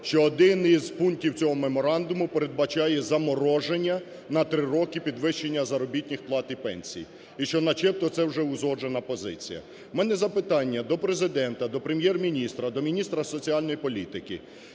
що один із пунктів цього меморандуму передбачає замороження на три роки підвищення заробітних плат і пенсій, і що начебто це вже узгоджена позиція. У мене запитання до Президента, до Прем'єр-міністра, до міністра соціальної політики.